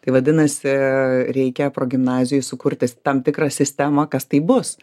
tai vadinasi reikia progimnazijoj sukurti tam tikrą sistemą kas tai bus